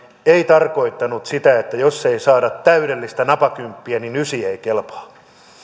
ei tarkoittanut sitä että jos ei saada täydellistä napakymppiä niin ysi ei kelpaa